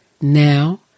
Now